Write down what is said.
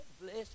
Bless